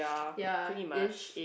ya ish